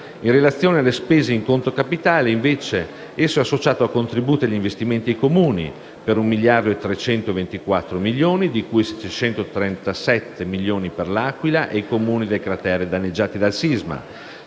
In relazione alle spese in conto capitale, invece, esso è associato a contributi agli investimenti ai Comuni per un miliardo e 324 milioni, di cui 737 milioni per l'Aquila e i Comuni del cratere danneggiati dal sisma,